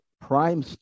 prime